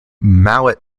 mallet